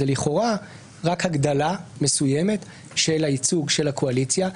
זה לכאורה רק הגדלה מסוימת של הייצוג של הקואליציה,